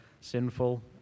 sinful